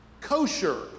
kosher